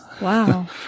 Wow